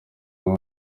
uyu